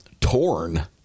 torn